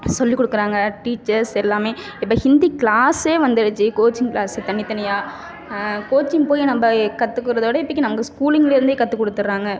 இப்போ சொல்லிக் கொடுக்குறாங்க டீச்சர்ஸ் எல்லாமே இப்போ ஹிந்தி கிளாஸே வந்துருச்சு கோச்சிங் கிளாஸு தனித்தனியாக கோச்சிங் போய் நம்ம கற்றுக்கறதவுட இப்போக்கி நமக்கு ஸ்கூலிங்லேருந்தே கற்றுக் கொடுத்துறாங்க